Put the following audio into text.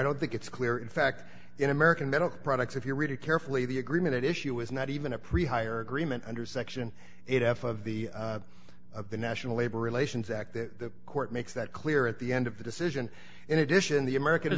don't think it's clear in fact in american medical products if you read it carefully the agreement at issue is not even a pre hire agreement under section eight f of the of the national labor relations act the court makes that clear at the end of the decision in addition the american